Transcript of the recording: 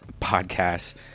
podcasts